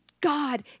God